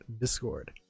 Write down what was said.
Discord